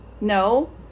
no